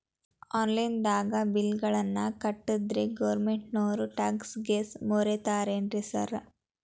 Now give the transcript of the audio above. Online ದಾಗ bill ಗಳನ್ನಾ ಕಟ್ಟದ್ರೆ ಗೋರ್ಮೆಂಟಿನೋರ್ ಟ್ಯಾಕ್ಸ್ ಗೇಸ್ ಮುರೇತಾರೆನ್ರಿ ಸಾರ್?